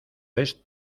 ves